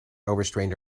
overstrained